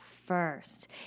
First